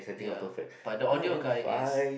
ya but the audio guy is